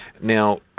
Now